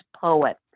poet